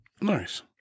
Nice